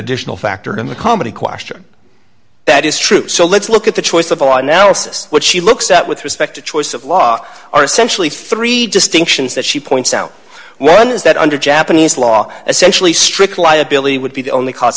additional factor in the comedy question that is true so let's look at the choice of all our analysis what she looks at with respect to choice of law are essentially three distinctions that she points out one is that under japanese law essentially strict liability would be the only c